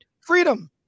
Freedom